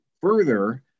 further